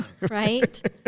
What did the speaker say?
Right